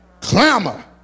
Clamor